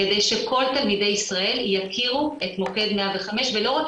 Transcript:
כדי שכל תלמידי ישראל יכירו את מוקד 105 ולא רק